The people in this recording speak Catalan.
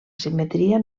simetria